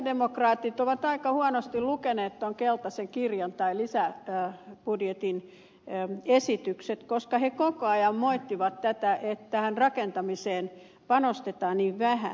sosialidemokraatit ovat aika huonosti lukeneet tuon keltaisen kirjan tai lisäbudjetin esitykset koska he koko ajan moittivat tätä että tähän rakentamiseen panostetaan niin vähän